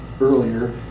earlier